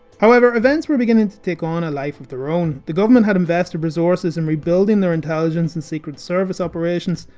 however, events were beginning to take on a life of their own. the government had invested resources in rebuilding their intelligence and secret service operations.